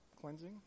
Cleansing